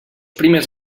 primers